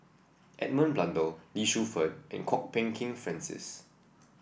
Edmund Blundell Lee Shu Fen and Kwok Peng Kin Francis